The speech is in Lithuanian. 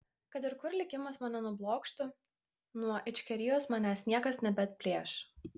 kad ir kur likimas mane nublokštų nuo ičkerijos manęs niekas nebeatplėš